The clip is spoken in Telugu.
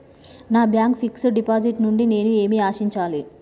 నా బ్యాంక్ ఫిక్స్ డ్ డిపాజిట్ నుండి నేను ఏమి ఆశించాలి?